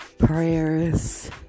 prayers